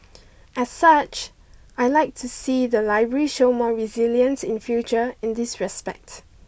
as such I like to see the library show more resilience in future in this respect